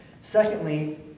Secondly